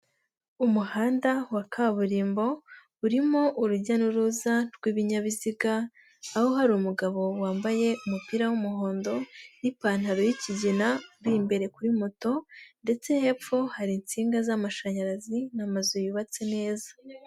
Umuhanda wa kaburimbo urimo urujya n'uruza rw'ibinyabiziga, aho hari umugabo wambaye umupira w'umuhondo n'ipantaro y'ikigina biri imbere kuri moto, ndetse hepfo hari insinga z'amashanyarazi n'amazu yubatse neza.